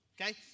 Okay